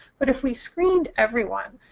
but if we screened everyone,